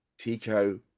Tico